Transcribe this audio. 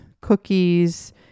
cookies